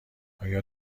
آیا